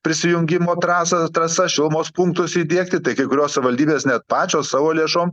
prisijungimo trasą trasas šilumos punktus įdiegti tai kai kurios savivaldybės net pačios savo lėšom